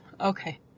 okay